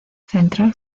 central